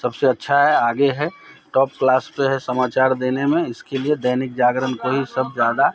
सबसे अच्छा है आगे है टॉप क्लास पर है समाचार देने में इसके लिए दैनिक जागरण को ही सब ज़्यादा